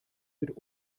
mit